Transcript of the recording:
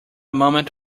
moment